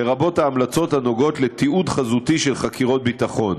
לרבות ההמלצות הנוגעות לתיעוד חזותי של חקירות ביטחון.